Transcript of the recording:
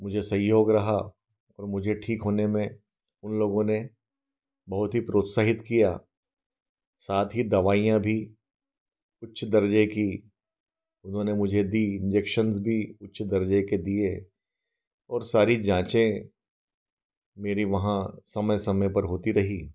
मुझे सहयोग रहा और मुझे ठीक होने में उन लोगों ने बहुत ही प्रोत्साहित किया साथ ही दवाइयाँ भी उच्च दर्जे की उन्होंने मुझे दीं इन्जेक्शन्स भी उच्च दर्जे के दिए सारी जाँचें मेरी वहाँ समय समय पर होती रहीं